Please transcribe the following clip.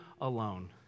alone